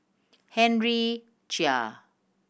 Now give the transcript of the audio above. Henry Chia